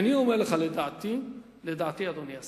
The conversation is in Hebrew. אדוני השר,